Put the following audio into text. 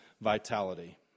vitality